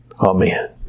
Amen